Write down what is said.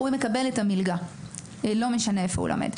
הוא מקבל את המלגה לא משנה איפה הוא לומד.